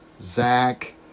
zach